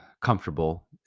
comfortable